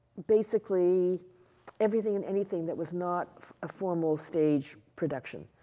basically everything and anything that was not a formal stage production.